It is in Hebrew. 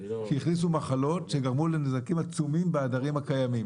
שהכניסו מחלות שגרמו לנזקים עצומים בעדרים הקיימים.